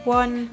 one